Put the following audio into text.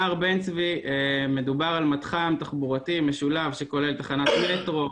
מע"ר בן צבי מדובר על מתחם תחבורתי משולב שכולל תחנת אלקטרו,